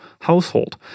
household